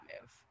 move